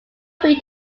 free